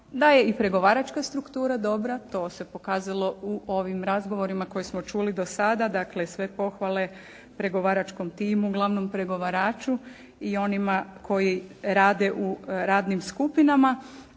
da je i pregovaračka struktura dobra. To se pokazalo u ovim razgovorima koje smo čuli do sada. Dakle, sve pohvale pregovaračkom timu, glavnom pregovaraču i onima koji rade u radnim skupinama.